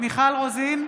מיכל רוזין,